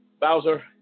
Bowser